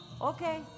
Okay